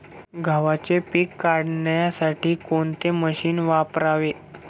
गव्हाचे पीक काढण्यासाठी कोणते मशीन वापरावे?